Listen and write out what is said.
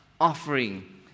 offering